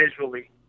visually